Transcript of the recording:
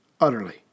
utterly